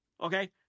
okay